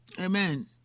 amen